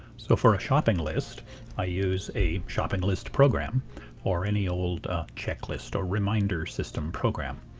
so for a shopping list i use a shopping list program or any old checklist or reminder system program.